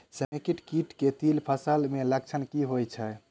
समेकित कीट केँ तिल फसल मे लक्षण की होइ छै?